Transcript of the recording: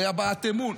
זאת הבעת אמון.